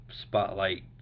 spotlight